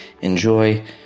enjoy